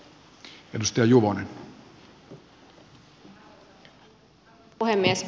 arvoisa puhemies